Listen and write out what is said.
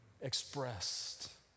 expressed